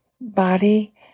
body